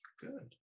good